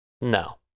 no